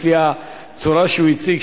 לפי הצורה שהוא הציג,